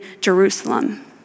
Jerusalem